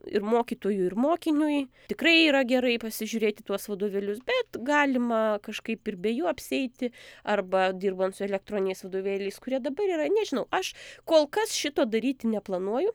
ir mokytojui ir mokiniui tikrai yra gerai pasižiūrėt į tuos vadovėlius bet galima kažkaip ir be jų apsieiti arba dirbant su elektroniniais vadovėliais kurie dabar yra nežinau aš kol kas šito daryti neplanuoju